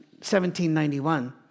1791